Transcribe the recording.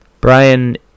Brian